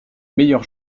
meilleur